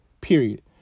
period